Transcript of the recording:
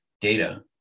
data